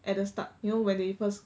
at the start you know when they first